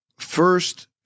First